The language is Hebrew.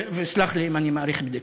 ותסלח לי אם אני מאריך בדקה.